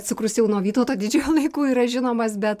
cukrus jau nuo vytauto didžiojo laikų yra žinomas bet